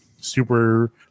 super